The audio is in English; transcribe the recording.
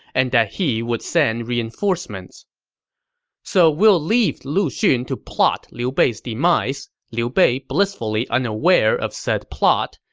and that he would send reinforcements so we'll leave lu xun to plot liu bei's demise, liu bei blissfully unaware of said plot,